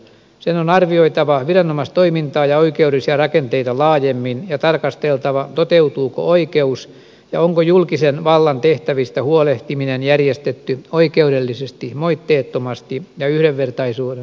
sen on arvioitava viranomaistoimintaa ja oikeudellisia rakenteita laajemmin ja tarkasteltava toteutuuko oikeus ja onko julkisen vallan tehtävistä huolehtiminen järjestetty oikeudellisesti moitteettomasti ja yhdenvertaisuuden turvaavasti